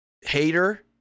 hater